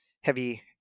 heavy